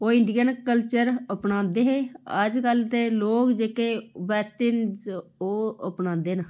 ओह् Indian culture अपनांदे हे अज्जकल ते लोग जेह्के वेस्टर्न ओह् अपनांदे न